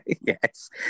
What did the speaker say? Yes